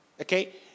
Okay